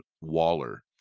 Waller